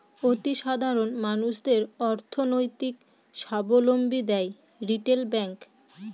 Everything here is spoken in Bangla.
অতি সাধারণ মানুষদের অর্থনৈতিক সাবলম্বী দেয় রিটেল ব্যাঙ্ক